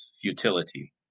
futility